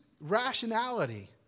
rationality